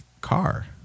car